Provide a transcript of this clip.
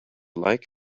like